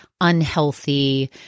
unhealthy